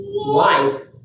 Life